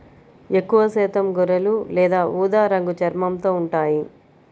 ఎక్కువశాతం గొర్రెలు లేత ఊదా రంగు చర్మంతో ఉంటాయి